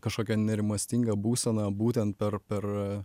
kažkokią nerimastingą būseną būtent per per